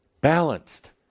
balanced